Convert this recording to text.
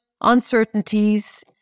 uncertainties